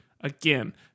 again